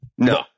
No